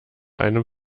einem